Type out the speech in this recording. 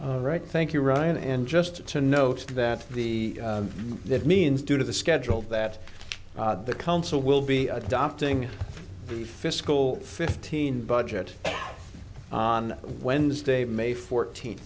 all right thank you ryan and just to note that the that means due to the schedule that the council will be adopting the fiscal fifteen budget on wednesday may fourteen